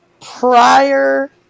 prior